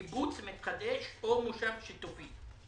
קיבוץ מתחדש או מושב שיתופי.